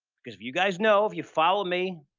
because if you guys know, if you follow me,